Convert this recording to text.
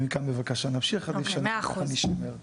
ומכאן בבקשה נמשיך, עדיף שככה אנחנו נישמר.